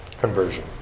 conversion